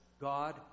God